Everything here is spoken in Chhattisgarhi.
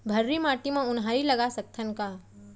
भर्री माटी म उनहारी लगा सकथन का?